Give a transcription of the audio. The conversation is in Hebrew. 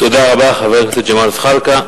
תודה רבה, חבר הכנסת ג'מאל זחאלקה.